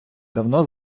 давно